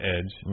Edge